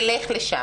היה טוב שנלך לשם.